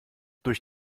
durch